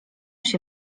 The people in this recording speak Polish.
się